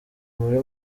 muri